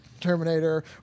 Terminator